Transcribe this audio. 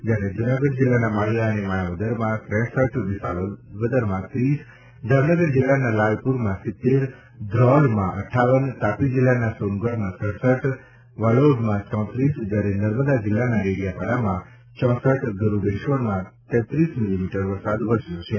જ્યારે જૂનાગઢ જિલ્લાના માળીયા અને માણાવદરમાં ત્રેસઠ વિસાવદરમાં ત્રીસ જામનગર જિલ્લાના લાલપુરમાં સિત્તેર ધ્રોલમાં અદ્વાવન તાપી જિલ્લાના સોનગઢમાં સડસઠ વાલોડમાં ચોત્રીસ જ્યારે નમર્દા જિલ્લામાં ડેડીયાપાડામાં ચોસઠ ગરૂડેશ્વરમાં તેત્રીસ મિલિમીટર વરસાદ વરસ્યો છે